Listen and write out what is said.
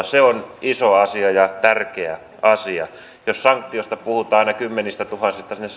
se on iso asia ja tärkeä asia jos sanktioissa puhutaan kymmenistätuhansista aina sinne